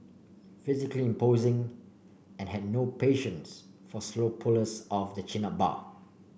physically imposing and had no patience for slow pullers of the chin up bar